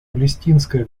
палестинская